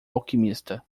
alquimista